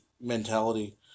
mentality